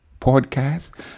podcast